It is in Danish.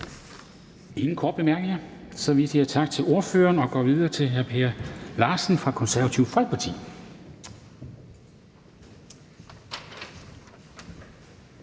ingen korte bemærkninger, så vi siger tak til ordføreren og går videre til hr. Per Larsen fra Det Konservative Folkeparti.